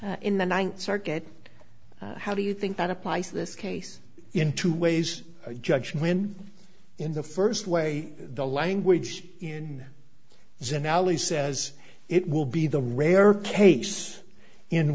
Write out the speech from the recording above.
i in the ninth circuit how do you think that applies to this case in two ways judge when in the first way the language in xin alley says it will be the rare case in